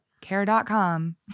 care.com